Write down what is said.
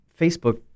Facebook